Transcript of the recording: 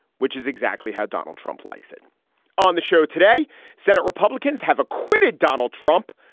which is exactly how donald trump likes it on the show today senate republicans have acquitted donald trump,